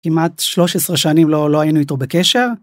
כמעט 13 שנים לא היינו איתו בקשר.